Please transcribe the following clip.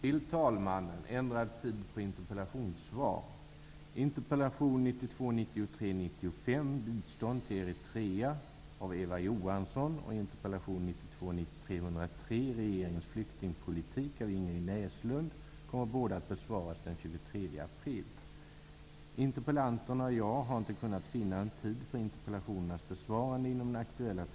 är det enligt gällande regler förbjudet att nämna de företag vilkas produkter utgör vinster i programmet. Däremot är det tillåtet att t.ex. i TV 2 i bild och ljud tala om vilka företag som sponsrar dagens match i Sportextra. Detta är inkonsekvent, och det är begripligt att medborgarna har svårt att inse logiken i gällande lagstiftning.